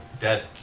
dead